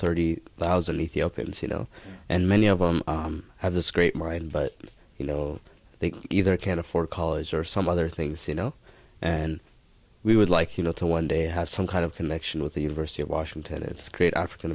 thirty thousand ethiopians you know and many of them have this great right but you know they either can't afford college or some other things you know and we would like you know to one day have some kind of connection with the university of washington it's create african